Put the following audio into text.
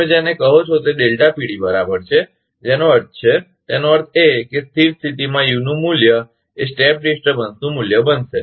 તમે જેને કહો છો તે બરાબર છે જેનો અર્થ છે તેનો અર્થ એ કે સ્થિર સ્થિતિમાં u નું મૂલ્ય એ સ્ટેપ ડિસ્ટર્બન્સનું મૂલ્ય બનશે